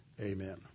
amen